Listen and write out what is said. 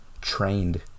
Trained